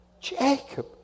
Jacob